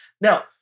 Now